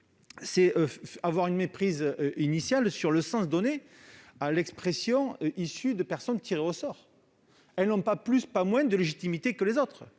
il y a une méprise initiale sur le sens donné à l'expression « issue de personnes tirées au sort ». Ces personnes n'ont ni plus ni moins de légitimité que les autres.